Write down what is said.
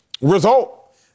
result